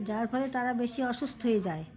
যার ফলে তারা বেশি অসুস্থ হয়ে যায়